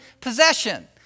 possession